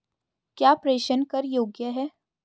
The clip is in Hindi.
क्या प्रेषण कर योग्य हैं?